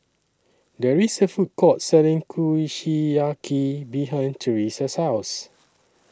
There IS A Food Court Selling Kushiyaki behind Teresa's House